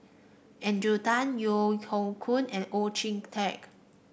Adrian Tan Yeo Hoe Koon and Oon Jin Teik